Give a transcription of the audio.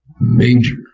major